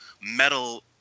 metal